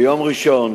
ביום ראשון,